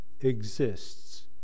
Exists